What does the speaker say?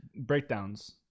breakdowns